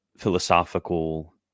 philosophical